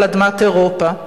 על אדמת אירופה.